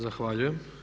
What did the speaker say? Zahvaljujem.